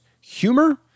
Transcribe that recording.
humor